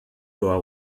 była